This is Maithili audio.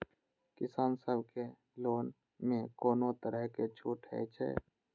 किसान सब के लोन में कोनो तरह के छूट हे छे?